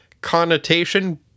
connotation